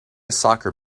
soccer